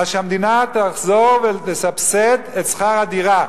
שהמדינה תחזור ותסבסד את שכר הדירה.